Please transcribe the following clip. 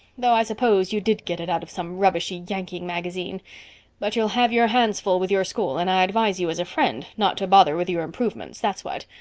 though i suppose you did get it out of some rubbishy yankee magazine but you'll have your hands full with your school and i advise you as a friend not to bother with your improvements, that's what.